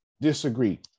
disagree